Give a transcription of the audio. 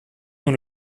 dans